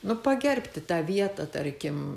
nu pagerbti tą vietą tarkim